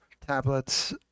tablets